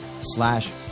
slash